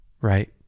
Right